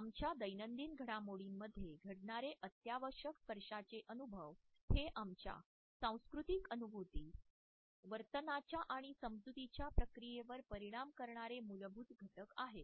"आमच्या दैनंदिन घडामोडीमध्ये घडणारे अत्यावश्यक स्पर्शाचे अनुभव हे आमच्या सांस्कृतिक अनुभूती वर्तनाच्या आणि समजुतीच्या प्रक्रियेवर परिणाम करणारे मूलभूत घटक आहेत"